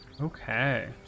okay